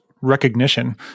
recognition